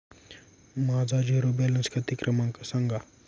माझा zero balance खाते क्रमांक सांगा